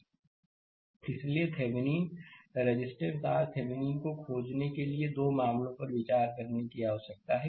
slide समय देखें 0628 इसलिए थेविनीन रेजिस्टेंस RThevenin को खोजने के लिए 2 मामलों पर विचार करने की आवश्यकता है